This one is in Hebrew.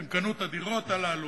הם שקנו את הדירות הללו,